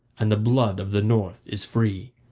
and the blood of the north is free.